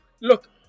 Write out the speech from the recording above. look